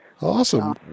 Awesome